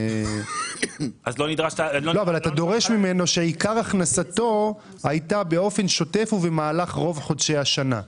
אתה דורש ממנו שעיקר הכנסתו הייתה באופן שוטף ובמהלך רוב חודשי השנה.